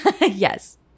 Yes